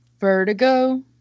vertigo